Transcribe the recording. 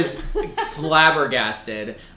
flabbergasted